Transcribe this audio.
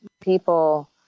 people